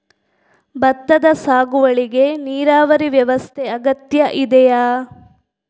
ಭತ್ತದ ಸಾಗುವಳಿಗೆ ನೀರಾವರಿ ವ್ಯವಸ್ಥೆ ಅಗತ್ಯ ಇದೆಯಾ?